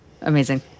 Amazing